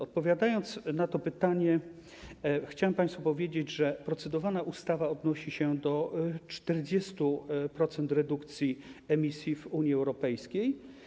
Odpowiadając na to pytanie, chciałbym państwu powiedzieć, że procedowana ustawa odnosi się do 40% redukcji emisji w Unii Europejskiej.